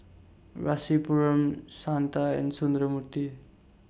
Rasipuram Santha and Sundramoorthy